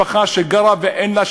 מי שלא יודע מה זו משפחה שאין לה,